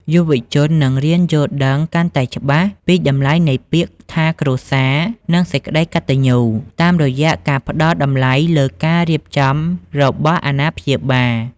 យុវជននឹងរៀនយល់ដឹងកាន់តែច្បាស់ពីតម្លៃនៃពាក្យថា "គ្រួសារ" និង "សេចក្ដីកតញ្ញូ" តាមរយៈការផ្ដល់តម្លៃលើការរៀបចំរបស់អាណាព្យាបាល។